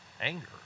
anger